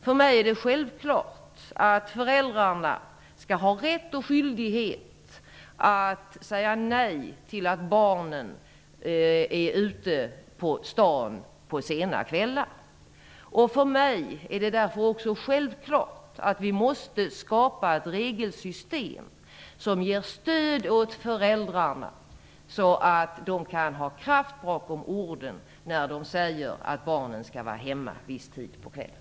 För mig är det självklart att föräldrarna skall ha rätt och skyldighet att säga nej till att barnen är ute på stan sena kvällar. För mig är det därför också självklart att vi måste skapa ett regelsystem, som ger stöd åt föräldrarna så att de har kraft bakom orden när de säger att barnen skall vara hemma en viss tid på kvällen.